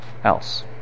Else